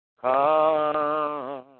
come